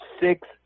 six